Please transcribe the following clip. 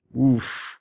Oof